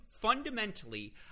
fundamentally